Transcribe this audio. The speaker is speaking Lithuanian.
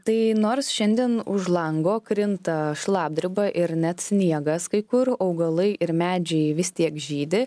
tai nors šiandien už lango krinta šlapdriba ir net sniegas kai kur augalai ir medžiai vis tiek žydi